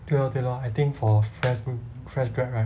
对 lor 对 lor I think for fresh fresh grad right